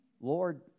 Lord